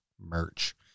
merch